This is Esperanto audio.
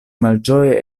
malĝoje